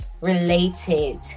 related